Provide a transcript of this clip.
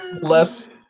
less